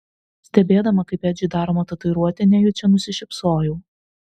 stebėdama kaip edžiui daroma tatuiruotė nejučia nusišypsojau